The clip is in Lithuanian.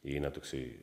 įeina toksai